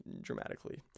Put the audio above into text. dramatically